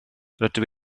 rydw